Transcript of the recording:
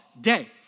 day